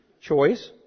choice